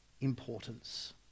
importance